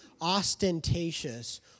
ostentatious